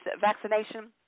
vaccination